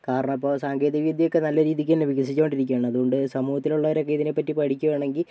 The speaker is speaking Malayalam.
കാരണം ഇപ്പോൾ സാങ്കേതികവിദ്യയൊക്കെ നല്ല രീതിക്കന്നെ വികസിച്ചുകൊണ്ടിരിക്കുകയാണ് അതുകൊണ്ട് സമൂഹത്തിൽ ഉള്ളവരൊക്കെ ഇതിനെപ്പറ്റി പഠിപ്പിക്കുകയാണെങ്കിൽ